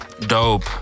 Dope